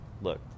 look